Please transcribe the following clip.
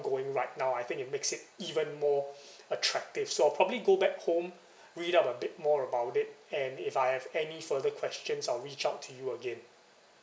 going right now I think it makes it even more attractive so I'll probably go back home read out a bit more about it and if I have any further questions I'll reach out to you again